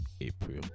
April